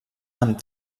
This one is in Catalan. amb